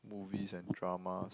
movies and dramas